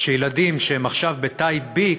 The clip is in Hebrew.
לתת לילדים שהם עכשיו ב-type B,